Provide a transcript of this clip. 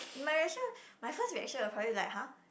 might as well my first reaction will probably like !huh!